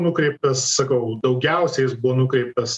nukreiptas sakau daugiausia jis buvo nukreiptas